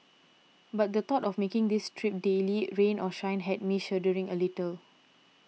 but the thought of making this trip daily rain or shine had me shuddering a little